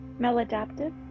maladaptive